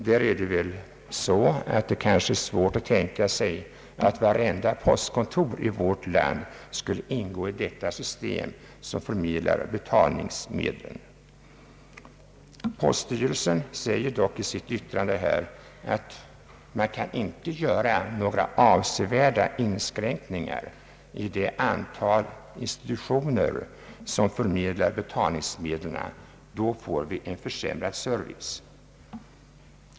Det är svårt att tänka sig att vartenda postkontor skulle ingå i det system som förmedlar betalningsmedel. Poststyrelsen säger dock i sitt yttrande att man inte kan göra avsevärda inskränkningar i det antal institutioner som förmedlar betalningsmedel. Då får vi en försämrad service.